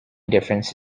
difference